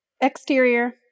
Exterior